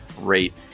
rate